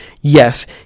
Yes